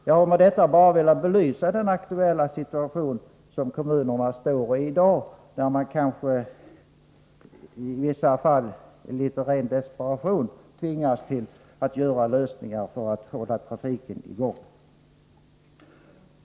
— Jag har med detta bara velat belysa den situation kommunerna befinner sig i i dag, då man i vissa fall tvingas till lösningar i ren desperation för att hålla trafiken i gång.